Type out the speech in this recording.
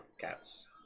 cats